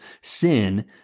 sin